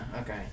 okay